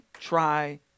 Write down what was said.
try